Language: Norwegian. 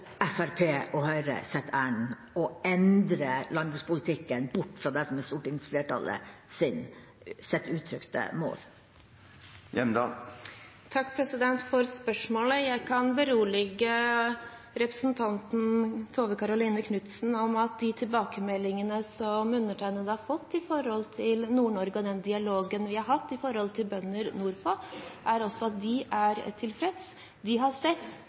Fremskrittspartiet og Høyre i regjeringskontorene? Kan representanten garantere at Kristelig Folkeparti for de framtidige oppgjørene ikke vil gå Fremskrittspartiets og Høyres ærend og endre landbrukspolitikken bort fra det som er stortingsflertallets uttrykte mål? Jeg kan berolige representanten Tove Karoline Knutsen med at de tilbakemeldingene undertegnede har fått med tanke på Nord-Norge, og den dialogen vi har hatt med bønder nordpå, viser at de også er tilfredse. De har sett